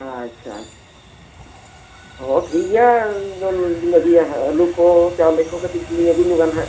ᱟᱪᱪᱷᱟ ᱟᱪᱪᱷᱟ ᱦᱚᱸ ᱴᱷᱤᱠ ᱜᱮᱭᱟ ᱵᱚᱱ ᱟᱹᱜᱩᱭᱟ ᱟᱹᱞᱩ ᱠᱚ ᱪᱟᱣᱞᱮ ᱠᱚ ᱠᱟᱹᱴᱤᱡ ᱞᱤᱧᱟᱹᱜᱩ ᱧᱚᱜᱟ ᱦᱟᱸᱜ